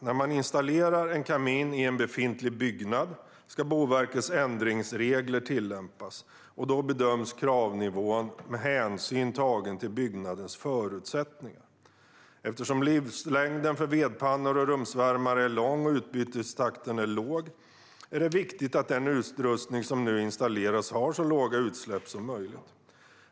När man installerar en kamin i en befintlig byggnad ska Boverkets ändringsregler tillämpas, och då bedöms kravnivån med hänsyn tagen till byggnadens förutsättningar. Eftersom livslängden för vedpannor och rumsvärmare är lång och utbytestakten är låg är det viktigt att den utrustning som nu installeras har så låga utsläpp som möjligt.